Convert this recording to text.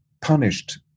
punished